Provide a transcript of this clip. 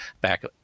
back